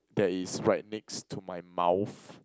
that is right next to my mouth